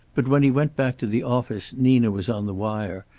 but when he went back to the office nina was on the wire,